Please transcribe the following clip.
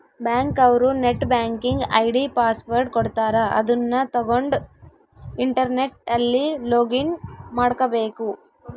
bank ಅವ್ರು net banking ID password ಕೊಡ್ತಾರ ಅದುನ್ನ ತಗೊಂಡ್ ಇಂಟರ್ನೆಟ್ ಅಲ್ಲಿ ಲೊಗಿನ್ ಮಾಡ್ಕಬೇಕು